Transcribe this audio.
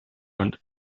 und